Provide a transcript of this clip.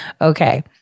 okay